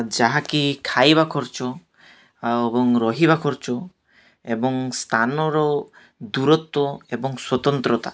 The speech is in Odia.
ଯାହାକି ଖାଇବା ଖର୍ଚ୍ଚ ଏବଂ ରହିବା ଖର୍ଚ୍ଚ ଏବଂ ସ୍ଥାନର ଦୂରତ୍ୱ ଏବଂ ସ୍ୱତନ୍ତ୍ରତା